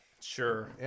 Sure